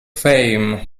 fame